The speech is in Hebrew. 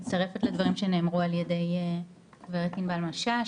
על ידי גברת ענבל משש.